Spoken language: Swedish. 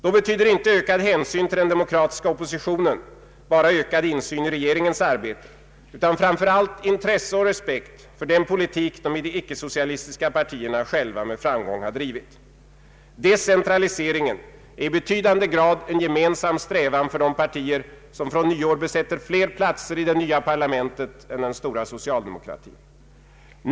Då betyder inte ökad hänsyn till den demokratiska oppositionen enbart ökad insyn i regeringens arbete utan framför allt intresse och respekt för den politik de icke-socialistiska partierna själva med framgång drivit. Decentraliseringen är i betydande grad en gemensam strävan för de partier som från nyår besätter fler platser i det nya parlamentet än den stora socialdemokratin.